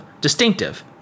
distinctive